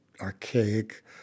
archaic